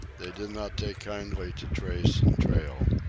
they did not take kindly to trace and trail.